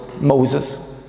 Moses